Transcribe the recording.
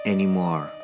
Anymore